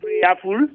prayerful